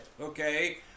okay